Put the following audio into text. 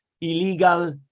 illegal